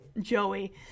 Joey